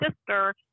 sister